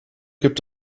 gibt